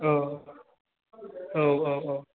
औ औ औ औ